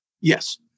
yes